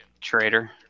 traitor